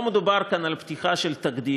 לא מדובר כאן על פתיחה של תקדים,